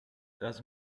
das